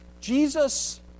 Jesus